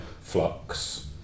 Flux